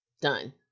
done